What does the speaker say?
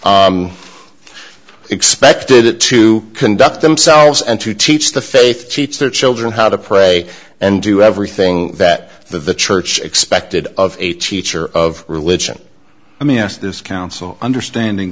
expected it to conduct themselves and to teach the faith teach their children how to pray and do everything that the church expected of a teacher of religion i mean yes this council understanding